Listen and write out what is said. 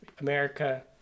America